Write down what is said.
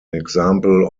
example